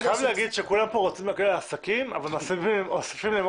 אני חייב לומר שכולם כאן רוצים לעזור לעסקים אבל מוסיפים להם